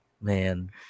man